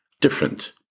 different